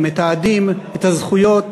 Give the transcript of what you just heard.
מתעדים את הזכויות,